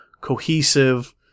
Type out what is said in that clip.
cohesive